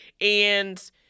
And-